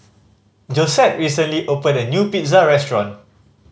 Josette recently opened a new Pizza Restaurant